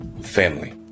Family